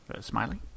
smiling